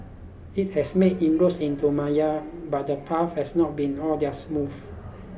it has made inroads into Myanmar but the path has not been all that smooth